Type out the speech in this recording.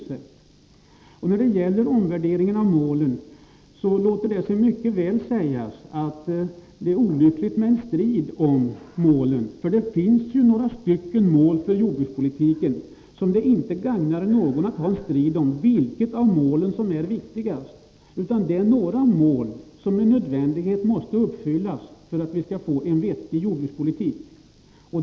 20 oktober 1983 När det gäller omvärderingen av målen låter det sig mycket väl sägas att det är olyckligt med en strid om målen. Det finns ju några olika mål för Allmänpolitisk dejordbrukspolitiken, och det gagnar ingen att ta strid om vilket av målen som — patt är viktigast. Det är några mål som med nödvändighet måste uppfyllas för att vi skall få till stånd en vettig jordbrukspolitik.